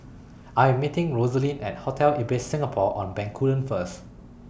I Am meeting Rosaline At Hotel Ibis Singapore on Bencoolen First